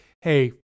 Hey